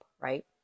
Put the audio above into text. right